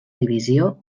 divisió